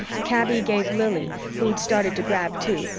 kaby gave lili, who'd started to grab too,